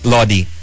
Lodi